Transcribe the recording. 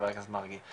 חה"כ מרגי,